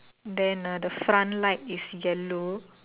then ah the front light is yellow